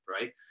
right